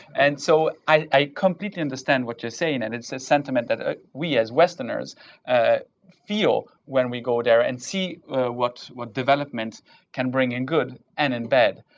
and so, i completely understand what you are saying. and it's a sentiment that we as westerners feel when we go there and see what what development can bring in good and in bad.